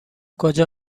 کجا